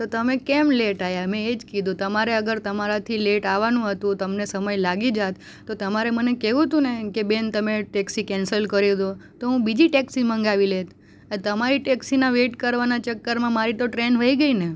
તો તમે કેમ લેટ આવ્યા મેં એ જ કીધું તમારે અગર તમારાથી લેટ આવવાનું હતું તમને સમય લાગી જાત તો તમારે મને કહેવું તું ને કે બેન તમે ટેક્સી કેન્સલ કરી દો તો હું બીજી ટેક્સી મગાવી લેત આ તમારા ટેક્સીના વેટ કરવાના ચક્કરમાં મારી તો ટ્રેન વઈ ગઈ ને